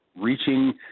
reaching